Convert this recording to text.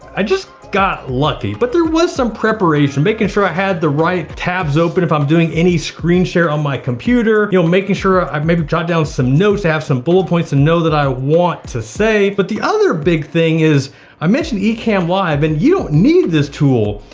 i just got lucky. but there was some preparation. making sure i had the right tabs open if i'm doing any screen share on my computer, making sure i've maybe jot down some notes. i have some bullet points and know that i want to say. but the other big thing is i mention ecamm live and you don't need this tool,